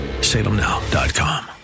salemnow.com